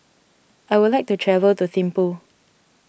I would like to travel to Thimphu